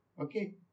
okay